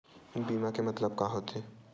बीमा के मतलब का होथे?